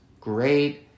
Great